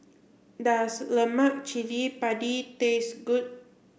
does Lemak Cili Padi taste good